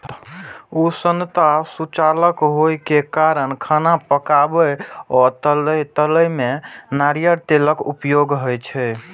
उष्णता सुचालक होइ के कारण खाना पकाबै आ तलै मे नारियल तेलक उपयोग होइ छै